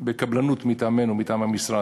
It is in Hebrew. בקבלנות מטעמנו, מטעם המשרד,